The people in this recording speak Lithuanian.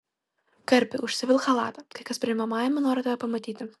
karpi užsivilk chalatą kai kas priimamajame nori tave matyti